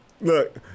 Look